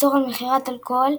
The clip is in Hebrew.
איסור על מכירת אלכוהול,